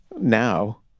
now